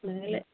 নইলে